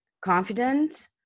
confident